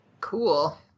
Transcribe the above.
Cool